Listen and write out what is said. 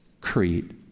Creed